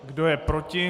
Kdo je proti?